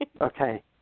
Okay